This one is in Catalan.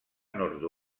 nord